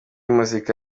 muzika